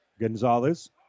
Gonzalez